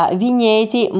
vigneti